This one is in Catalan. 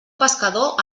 pescador